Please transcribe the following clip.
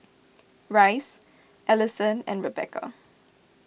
Rice Alisson and Rebeca